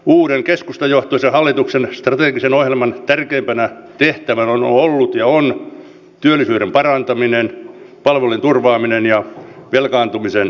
uuden keskustajohtoisen hallituksen strategisen ohjelman tärkeimpänä tehtävänä on ollut ja on työllisyyden parantaminen palvelujen turvaaminen ja velkaantumisen lopettaminen